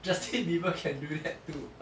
justin bieber can do that too